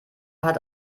hat